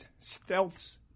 stealths